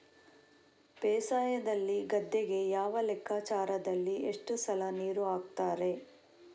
ಬೇಸಾಯದಲ್ಲಿ ಗದ್ದೆಗೆ ಯಾವ ಲೆಕ್ಕಾಚಾರದಲ್ಲಿ ಎಷ್ಟು ಸಲ ನೀರು ಹಾಕ್ತರೆ?